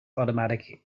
automatic